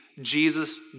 Jesus